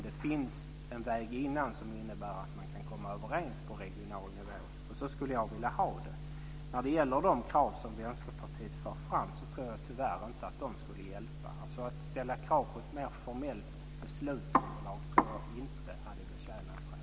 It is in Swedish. Det är bättre med en annan väg som innebär att man kan komma överens på regional nivå. Så skulle jag vilja ha det. Jag tror tyvärr inte att de krav som Vänsterpartiet för fram skulle hjälpa. Att ställa krav på ett mer formellt beslutsunderlag tror jag inte hade betjänat den här frågan.